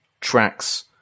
tracks